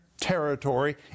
territory